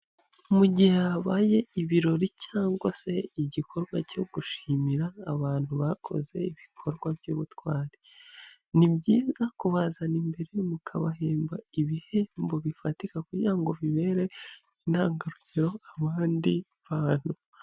Mu gihe habaye ibirori cyangwa se igikorwa cyo gushimira abantu bakoze ibikorwa by'ubutwari, ni byiza kubazana imbere mukabahemba ibihembo bifatika kugira ngo bibere intangarugero abandi bantu.